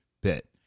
bit